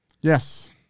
Yes